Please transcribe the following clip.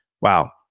wow